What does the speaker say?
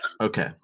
Okay